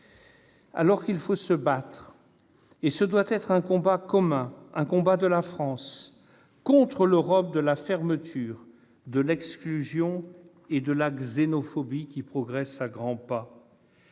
Il nous faut pourtant mener un combat commun, un combat de la France, contre l'Europe de la fermeture, de l'exclusion et de la xénophobie qui progresse à grands pas.